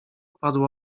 padło